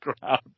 ground